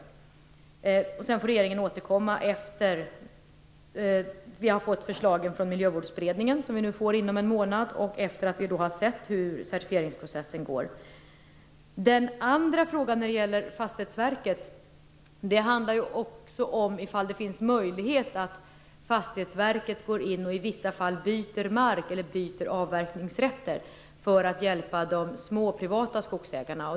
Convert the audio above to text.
Sedan får regeringen återkomma när vi har fått förslagen från Miljövårdsberedningen - vi får dem inom en månad - och när vi har sett hur certifieringsprocessen går. Den andra frågan när det gäller Fastighetsverket handlar ju också om huruvida det finns möjlighet att Fastighetsverket i vissa fall går in och byter avverkningsrätter för att hjälpa de små privata skogsägarna.